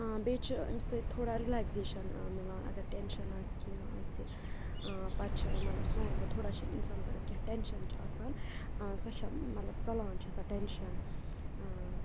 بیٚیہِ چھِ امہِ سۭتۍ تھوڑا رِلیکزیشَن مِلان اگر ٹٮ۪نشَن آسہِ کینٛہہ آسہِ پَتہٕ چھِ مطلب سونٛگ بہٕ تھوڑا چھِ اِنسانَس اگر کینٛہہ ٹٮ۪نشَن چھُ آسان سۄ چھےٚ مطلب ژَلان چھِ سۄ آسان ٹٮ۪نشَن